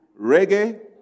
reggae